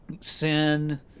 sin